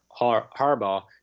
Harbaugh